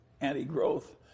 anti-growth